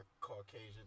Caucasian